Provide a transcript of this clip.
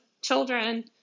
children